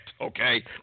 Okay